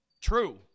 True